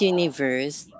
Universe